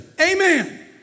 amen